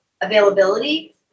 availability